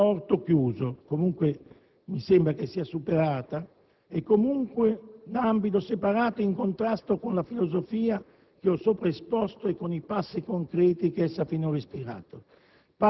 da «orto chiuso» (che mi sembra in ogni caso superata) o comunque da ambito separato, in contrasto con la filosofia che ho sopra esposto e con i passi concreti che essa ha finora ispirato: